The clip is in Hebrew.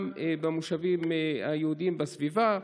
גם במושבים היהודיים בסביבה,